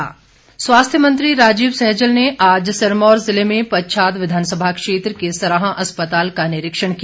राजीव सैजल स्वास्थ्य मंत्री राजीव सैजल ने आज सिरमौर जिले में पच्छाद विधानसभा क्षेत्र के सराहां अस्पताल का निरीक्षण किया